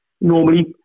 normally